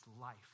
life